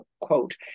quote